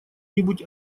нибудь